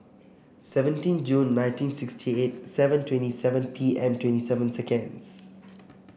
seventeen June nineteen sixty eight seven twenty seven P M twenty seven seconds